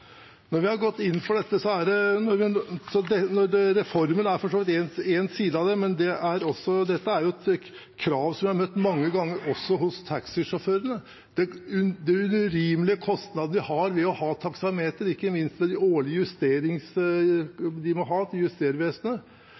Når vi har gått inn for dette, er reformen for så vidt en side av det, men det er også et krav som vi har møtt mange ganger fra taxisjåførene, på grunn av den urimelige kostnaden de har ved å ha taksameter, ikke minst med de årlige justeringene de må ha fra Justervesenet.